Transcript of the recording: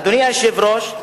אדוני היושב-ראש,